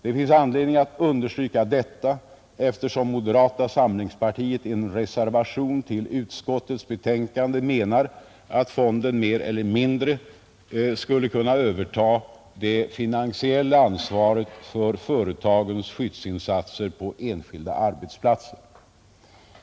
Det finns anledning att understryka detta, eftersom moderata samlingspartiet i en reservation till utskottets betänkande menar att fonden mer eller mindre skulle kunna överta det finansiella ansvaret för företagens skyddsinsatser på enskilda arbetsplatser.